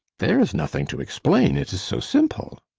there is nothing to explain, it is so simple.